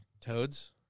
Toads